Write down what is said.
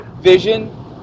vision